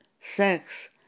sex